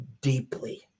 deeply